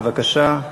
בבקשה.